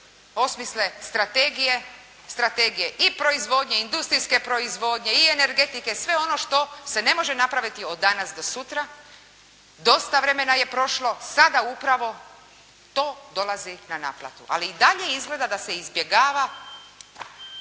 osmisle strategije i proizvodnje, industrijske proizvodnje i energetike, sve ono što se ne može napraviti od danas do sutra, dosta vremena je prošlo, sada upravo to dolazi na naplatu, ali i dalje izgleda da se izbjegava